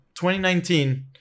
2019